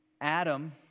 Adam